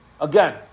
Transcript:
again